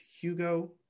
Hugo